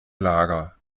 lager